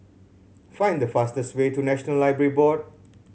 find the fastest way to National Library Board